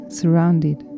surrounded